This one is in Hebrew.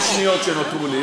ב-50 השניות שנותרו לי,